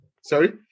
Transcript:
Sorry